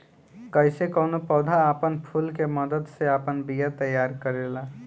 कइसे कौनो पौधा आपन फूल के मदद से आपन बिया तैयार करेला